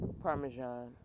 Parmesan